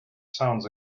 sounds